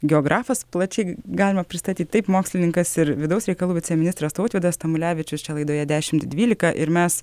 geografas plačiai galima pristatyt taip mokslininkas ir vidaus reikalų viceministras tautvydas tamulevičius čia laidoje dešimt dvylika ir mes